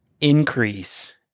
increase